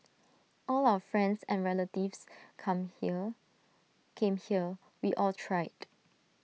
all our friends and relatives come here came here we all tried